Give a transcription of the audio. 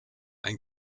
ein